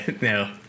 No